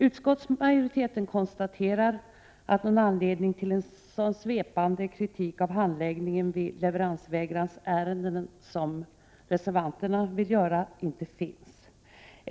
Utskottsmajoriteten konstaterar att det inte finns någon anledning till en sådan svepande kritik av handläggningen av ärenden om leveransvägran som reservanterna vill framföra.